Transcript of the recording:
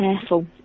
careful